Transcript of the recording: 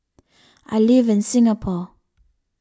I live in Singapore